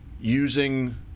using